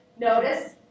notice